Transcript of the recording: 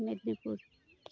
Medinipur